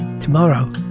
tomorrow